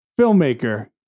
filmmaker